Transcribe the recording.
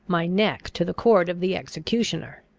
my neck to the cord of the executioner,